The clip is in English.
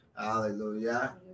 Hallelujah